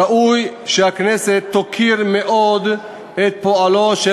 ראוי שהכנסת תוקיר מאוד את פועלו של